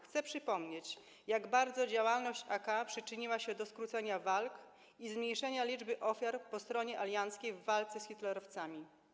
Chcę przypomnieć, jak bardzo działalność AK przyczyniła się do skrócenia czasu walk i zmniejszenia liczby ofiar po stronie alianckiej w walce z hitlerowcami.